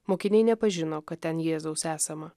mokiniai nepažino kad ten jėzaus esama